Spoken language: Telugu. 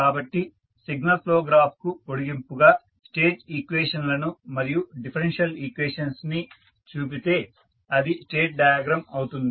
కాబట్టి సిగ్నల్ ఫ్లో గ్రాఫ్ కు పొడిగింపుగా స్టేట్ ఈక్వేషన్ లను మరియు డిఫరెన్షియల్ ఈక్వేషన్స్ ని చూపితే అది స్టేట్ డయాగ్రమ్ అవుతుంది